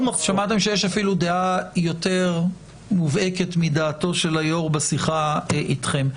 שמעתם שיש אפילו דעה יותר מובהקת מדעתו של היו"ר בשיחה אתכם.